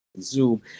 Zoom